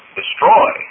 destroy